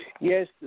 Yes